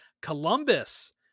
Columbus